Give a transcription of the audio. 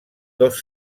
dos